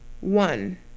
one